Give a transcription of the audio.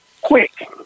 Quick